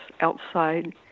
outside